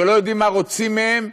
שלא יודעם מה רוצים מהם,